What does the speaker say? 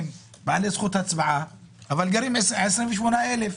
בעלי זכות הצבעה אבל גרים 28,000?